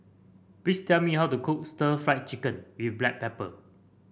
please tell me how to cook Stir Fried Chicken with Black Pepper